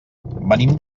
venim